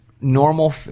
normal